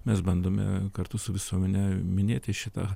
mes bandome kartu su visuomene minėti šitą